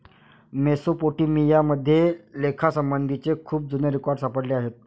Mesopotamia मध्ये लेखासंबंधीचे खूप जुने रेकॉर्ड सापडले आहेत